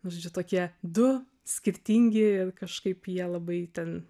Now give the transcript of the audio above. nu žodžiu tokie du skirtingi kažkaip jie labai ten